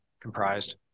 comprised